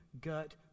gut